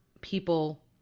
people